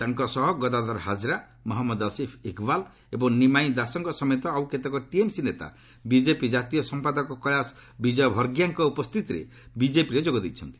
ତାଙ୍କ ସହ ଗଦାଧର ହାଜ୍ରା ମହମ୍ମଦ ଅସିଫ୍ ଇକ୍ବାଲ୍ ଏବଂ ନିମାଇଁ ଦାସଙ୍କ ସମେତ ଆଉ କେତେକ ଟିଏମ୍ସି ନେତା ବିକେପି ଜାତୀୟ ସମ୍ପାଦକ କେଳାସ ବିଜୟଭର୍ଗିଆଙ୍କ ଉପସ୍ଥିତିରେ ବିଜେପିରେ ଯୋଗ ଦେଇଛନ୍ତି